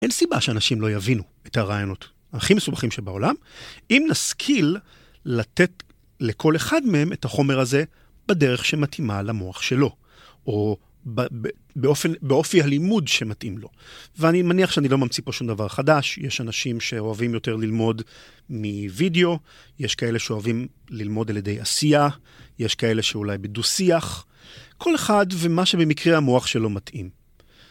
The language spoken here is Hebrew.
אין סיבה שאנשים לא יבינו את הרעיונות הכי מסובכים שבעולם, אם נשכיל לתת לכל אחד מהם את החומר הזה בדרך שמתאימה למוח שלו, או באופי הלימוד שמתאים לו. ואני מניח שאני לא ממציא פה שום דבר חדש, יש אנשים שאוהבים יותר ללמוד מווידאו, יש כאלה שאוהבים ללמוד על ידי עשייה, יש כאלה שאולי בדו-שיח, כל אחד ומה שבמקרה המוח שלו מתאים.